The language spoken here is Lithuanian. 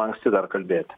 anksti dar kalbėti